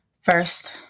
First